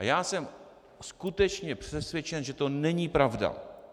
A já jsem skutečně přesvědčen, že to není pravda.